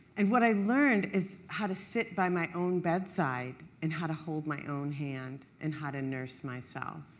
and what i learned is how to sit by my own bedside, and how to hold my own hand, and how to nurse myself,